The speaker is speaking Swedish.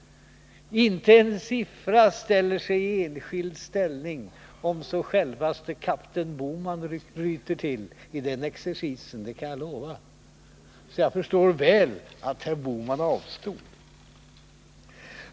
Inte en siffra ställer sig i enskild ställning, om så självaste kapten Bohman ryter till i den exercisen — det kan jag lova. Jag förstår mycket väl att herr Bohman avstod.